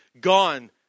gone